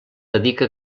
dedica